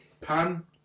pan